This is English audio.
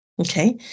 okay